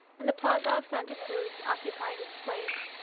and the plaza of santa cruz occupies its place.